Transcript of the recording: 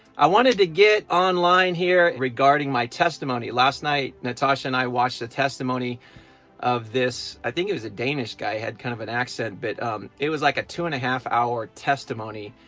i wanted to get online here regarding my testimony. last night, natasha and i watched the testimony of this, i think it was a danish guy, he had kind of an accent. but it was like a two-and-a-half hour testimony,